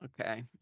Okay